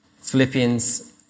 Philippians